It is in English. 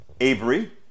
Avery